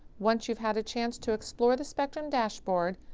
once you've had a chance to explore the spectrum dashboard,